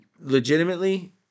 legitimately